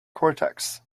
cortex